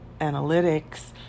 analytics